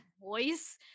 voice